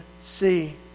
see